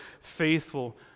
faithful